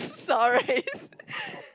sorry